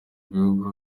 ibihugu